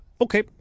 Okay